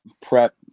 Prep